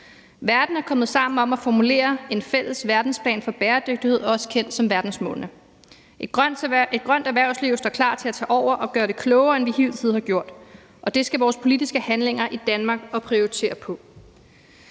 Verden er gået sammen om at formulere en fælles verdensplan for bæredygtighed, også kendt som verdensmålene. Et grønt erhvervsliv står klar til at tage over og gøre det klogere, end vi hidtil har gjort, og det skal vores politiske handlinger i Danmark opprioritere.